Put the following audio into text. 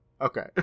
okay